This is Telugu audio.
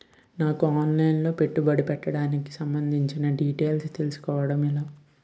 నాకు ఆఫ్ లైన్ పెట్టుబడి పెట్టడానికి సంబందించిన డీటైల్స్ తెలుసుకోవడం ఎలా?